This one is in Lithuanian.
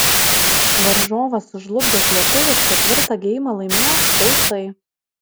varžovą sužlugdęs lietuvis ketvirtą geimą laimėjo sausai